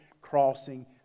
crossing